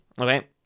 okay